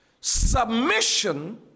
Submission